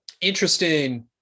interesting